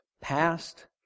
Past